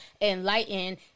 enlighten